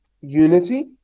unity